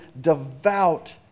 devout